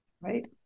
Right